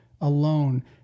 alone